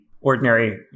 ordinary